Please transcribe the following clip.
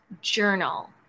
Journal